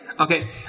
Okay